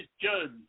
judge